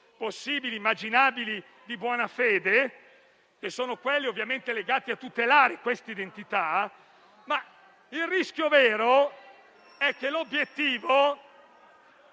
possibili intenti di buona fede, che sono quelli ovviamente legati a tutelare queste identità. Il rischio vero è che l'obiettivo...